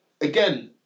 again